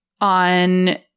on